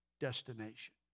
destination